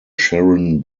sharon